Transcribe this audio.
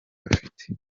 bafite